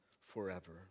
forever